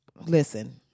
listen